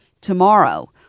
tomorrow